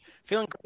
Feeling